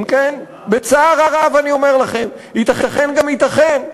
אם כן, בצער רב אני אומר לכם: ייתכן גם ייתכן.